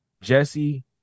Jesse